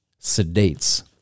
sedates